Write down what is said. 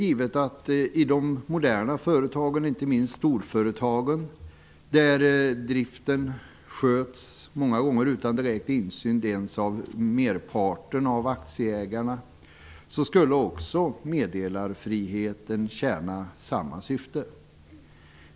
I de moderna företagen, inte minst storföretagen, sköts driften många gånger utan någon direkt insyn ens av merparten av aktieägarna. Också där skulle meddelarfriheten tjäna samma syfte.